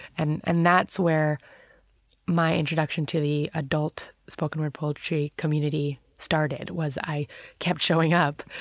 and and that's where my introduction to the adult spoken-word poetry community started was i kept showing up,